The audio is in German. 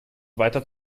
weiter